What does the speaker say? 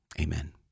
Amen